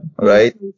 right